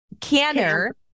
canner